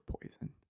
poison